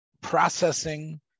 processing